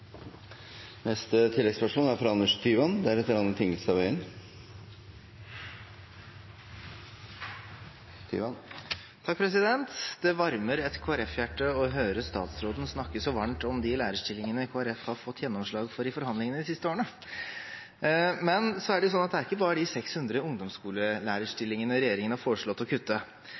Anders Tyvand – til oppfølgingsspørsmål. Det varmer et Kristelig Folkeparti-hjerte å høre statsråden snakke så varmt om de lærerstillingene Kristelig Folkeparti har fått gjennomslag for i forhandlingene de siste årene. Men det er ikke bare de 600 ungdomsskolelærerstillingene regjeringen har foreslått å kutte.